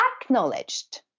acknowledged